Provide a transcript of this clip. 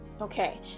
Okay